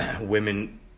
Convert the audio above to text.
women